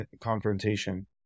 confrontation